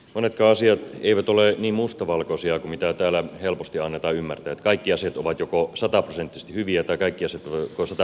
monetkaan asiat eivät ole niin mustavalkoisia kuin täällä helposti annetaan ymmärtää että kaikki asiat olisivat joko sataprosenttisesti hyviä tai sataprosenttisesti pahoja